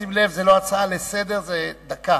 לשים לב, זו לא הצעה לסדר-היום, זה דקה.